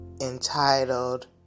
entitled